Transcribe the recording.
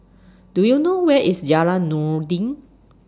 Do YOU know Where IS Jalan Noordin